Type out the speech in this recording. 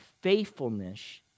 faithfulness